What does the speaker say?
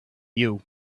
you